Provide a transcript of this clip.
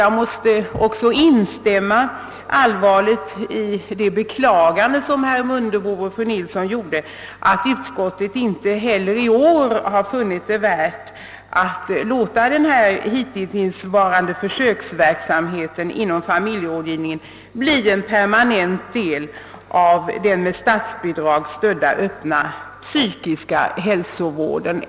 Jag vill då allvarligt instämma i herr Mundebos och fru Nilssons beklagande av att utskottet inte heller i år funnit det värt att låta den hittillsvarande försöksverksamheten inom familjerådgivningen bli en permaneat del av den med statsbidrag stödda öppna psykiska hälsovården.